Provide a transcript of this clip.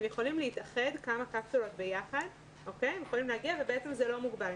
אחרי שבועיים הם יכולים להתאחד כמה קפסולות ביחד ובעצם זה לא מוגבל.